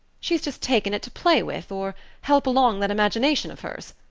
she's just taken it to play with or help along that imagination of hers.